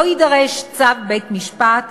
לא יידרש צו בית-משפט,